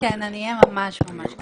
כן, אני אהיה ממש ממש קצרה.